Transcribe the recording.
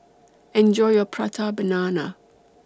Enjoy your Prata Banana